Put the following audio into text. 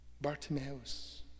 Bartimaeus